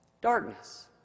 Darkness